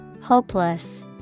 hopeless